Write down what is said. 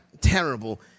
terrible